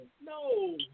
no